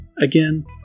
Again